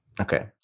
okay